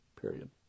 period